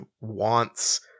wants